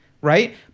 right